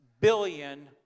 billion